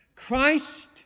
Christ